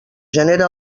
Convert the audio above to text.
genere